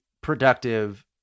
productive